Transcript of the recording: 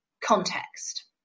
context